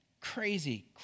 crazy